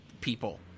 people